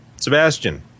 Sebastian